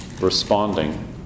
responding